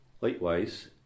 Likewise